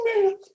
man